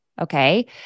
okay